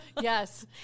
Yes